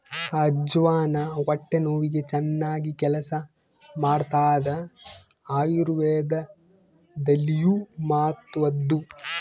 ಅಜ್ವಾನ ಹೊಟ್ಟೆ ನೋವಿಗೆ ಚನ್ನಾಗಿ ಕೆಲಸ ಮಾಡ್ತಾದ ಆಯುರ್ವೇದದಲ್ಲಿಯೂ ಮಹತ್ವದ್ದು